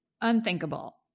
unthinkable